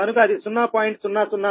కనుక అది 0